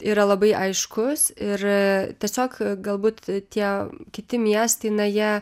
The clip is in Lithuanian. yra labai aiškus ir tiesiog galbūt tie kiti miestai na jie